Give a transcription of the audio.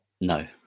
No